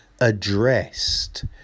addressed